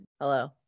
Hello